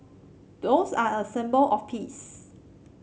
doves are a symbol of peace